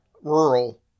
rural